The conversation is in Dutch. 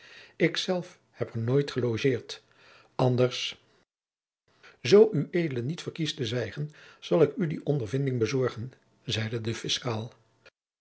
zelf heb er nooit gelogeerd anders zoo ued niet verkiest te zwijgen zal ik u die ondervinding bezorgen zeide de fiscaal